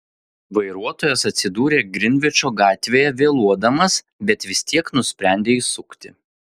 vairuotojas atsidūrė grinvičo gatvėje vėluodamas bet vis tiek nusprendė įsukti